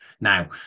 Now